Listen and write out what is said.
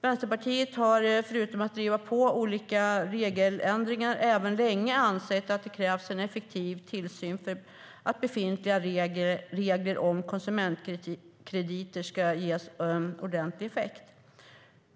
Vänsterpartiet har förutom att vi har drivit på olika regeländringar länge ansett att det krävs en effektiv tillsyn för att befintliga regler om konsumentkrediter ska ges ordentlig effekt.